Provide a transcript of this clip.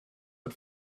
but